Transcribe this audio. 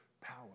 power